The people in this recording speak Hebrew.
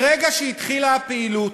מרגע שהתחילה הפעילות,